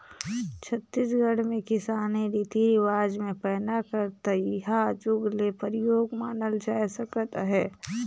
छत्तीसगढ़ मे किसानी रीति रिवाज मे पैना कर तइहा जुग ले परियोग मानल जाए सकत अहे